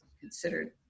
considered